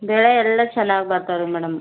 ಬೆಳೆ ಎಲ್ಲ ಚೆನ್ನಾಗಿ ಬರ್ತವೆ ರೀ ಮೇಡಮ್